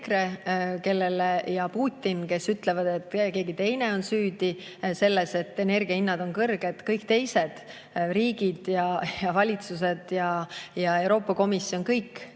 ja Putin, kes ütlevad, et keegi teine on süüdi selles, et energia hinnad on kõrged, kõik riigid ja valitsused ja ka Euroopa Komisjon